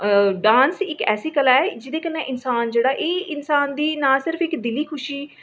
dance इक्क ऐसी कला ऐ जेह्दे कन्नै इन्सान जेह्ड़ा एह् इन्सान दी ना सिर्फ दिली खुशी